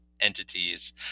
entities